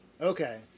Okay